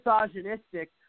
misogynistic